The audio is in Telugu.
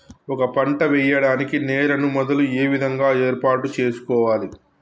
ఒక పంట వెయ్యడానికి నేలను మొదలు ఏ విధంగా ఏర్పాటు చేసుకోవాలి?